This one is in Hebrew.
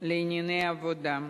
לענייני עבודה,